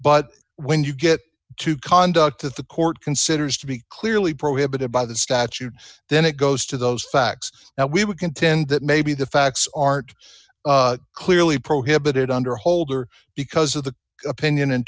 but when you get to conduct that the court considers to be clearly prohibited by the statute then it goes to those facts now we would contend that maybe the facts aren't clearly prohibited under holder because of the opinion